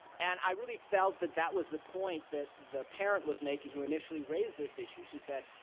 and i really felt that that was the point that the parent was making who initially raised this issue. she said,